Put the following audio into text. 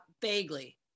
Vaguely